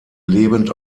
lebend